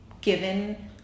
given